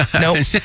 Nope